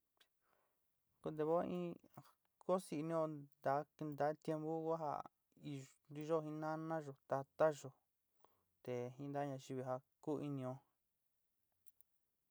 Kó nteé vao in koósii inío ntaá ntaá tiempu ku ja iyo nanayo. tatayo, te inka ñayivi ja kuú inío.